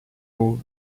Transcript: wool